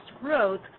growth